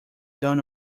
done